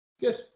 Good